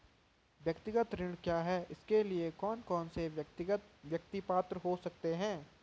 व्यक्तिगत ऋण क्या है इसके लिए कौन कौन व्यक्ति पात्र हो सकते हैं?